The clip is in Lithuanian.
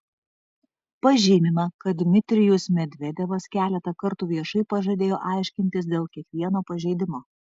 pažymima kad dmitrijus medvedevas keletą kartų viešai pažadėjo aiškintis dėl kiekvieno pažeidimo